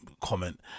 comment